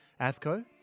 Athco